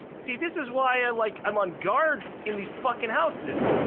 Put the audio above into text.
see this is why i like, i'm on guard in these fucking houses,